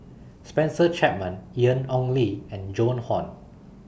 Spencer Chapman Ian Ong Li and Joan Hon